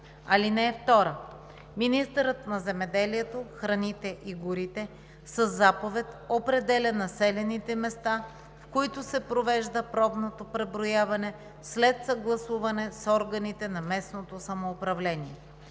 данни. (2) Министърът на земеделието, храните и горите със заповед определя населените места, в които се провежда пробното преброяване, след съгласуване с органите на местното самоуправление.